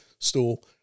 stool